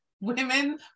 Women